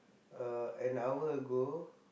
uh an hour ago